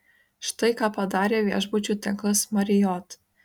štai ką padarė viešbučių tinklas marriott